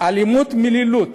שאלימות מילולית